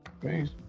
Thanks